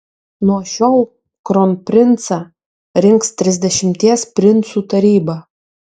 nuo šiol kronprincą rinks trisdešimties princų taryba